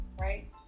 right